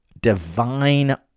divine